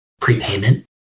prepayment